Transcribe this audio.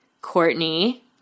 Courtney